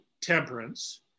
temperance